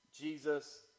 Jesus